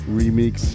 remix